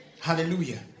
Hallelujah